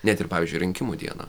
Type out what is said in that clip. net ir pavyzdžiui rinkimų dieną